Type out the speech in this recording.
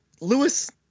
Lewis